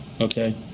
okay